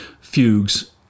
fugues